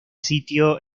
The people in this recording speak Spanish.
sitio